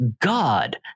god